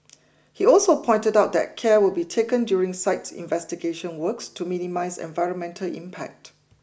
he also pointed out that care will be taken during site investigation works to minimise environmental impact